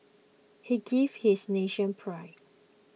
he gave his nation pride